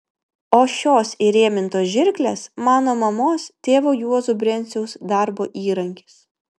o šios įrėmintos žirklės mano mamos tėvo juozo brenciaus darbo įrankis